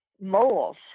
Moles